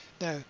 Now